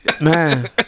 Man